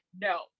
no